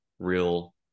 real